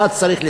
בה צריך לטפל,